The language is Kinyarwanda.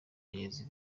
bagenzi